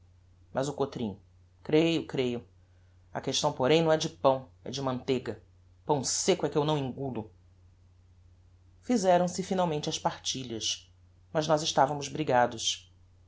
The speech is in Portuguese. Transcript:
mas o cotrim creio creio a questão porem não é de pão é de manteiga pão secco é que eu não engulo fizeram-se finalmente as partilhas mas nós estavamos brigados